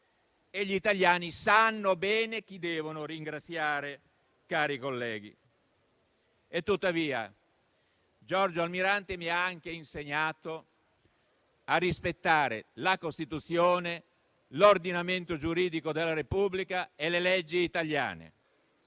e gli italiani sanno bene chi devono ringraziare, cari colleghi. Tuttavia Giorgio Almirante mi ha anche insegnato a rispettare la Costituzione, l'ordinamento giuridico della Repubblica e le leggi italiane.